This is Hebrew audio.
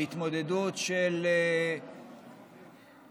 להתמודדות של נוער,